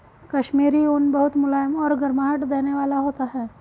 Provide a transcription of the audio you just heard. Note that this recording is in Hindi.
कश्मीरी ऊन बहुत मुलायम और गर्माहट देने वाला होता है